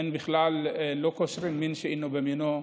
בכלל לא קושרים מין בשאינו מינו.